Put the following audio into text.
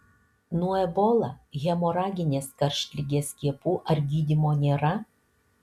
nuo ebola hemoraginės karštligės skiepų ar gydymo nėra